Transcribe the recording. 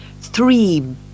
three